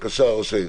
בבקשה, ראש העיר.